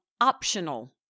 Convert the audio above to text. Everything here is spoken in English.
optional